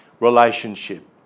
relationship